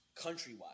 countrywide